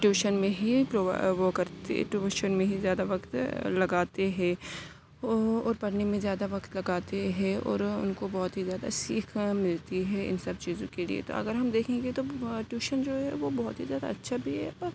tuition میں ہی وہ کرتے ٹیوشن میں ہی زیادہ وقت لگاتے ہیں وہ اور پڑھنے میں زیادہ وقت لگاتے ہیں اور ان کو بہت ہی زیادہ سیکھ ملتی ہے ان سب چیزوں کے لیے تو اگر ہم دیکھیں گے تو ٹیوشن جو ہے وہ بہت ہی زیادہ اچھا بھی ہے پر